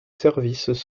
services